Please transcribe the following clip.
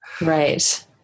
Right